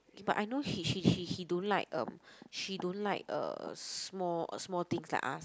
but I know he he he he don't like um she don't like uh small small things like us